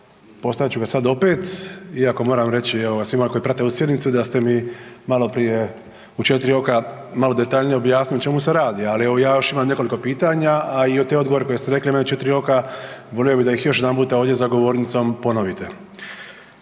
postavit ću ga sad opet, iako moram reći evo ga svima koji prate ovu sjednicu da ste mi maloprije u 4 oka malo detaljnije objasnili o čemu se radi, ali evo ja još imam nekoliko pitanja, a i te odgovore koje ste rekli meni u 4 oka volio bih da ih još jedanputa ovdje za govornicom ponovite.